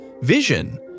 vision